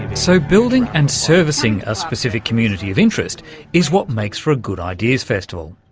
so building and servicing a specific community of interest is what makes for a good ideas festival,